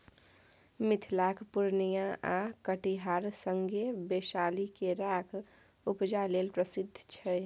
मिथिलाक पुर्णियाँ आ कटिहार संगे बैशाली केराक उपजा लेल प्रसिद्ध छै